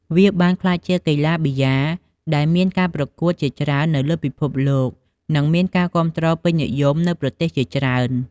វាបានក្លាយជាកីឡាបាល់ប៊ីយ៉ាលដែលមានការប្រកួតជាច្រើននៅលើពិភពលោក និងមានការគាំទ្រពេញនិយមនៅប្រទេសជាច្រើន។